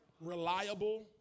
reliable